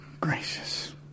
Gracious